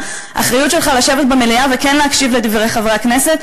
האחריות שלך לשבת במליאה וכן להקשיב לדברי חברי הכנסת.